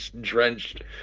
drenched